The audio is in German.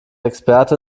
experte